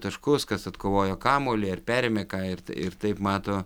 taškus kas atkovojo kamuolį ar perėmė ką ir ir taip mato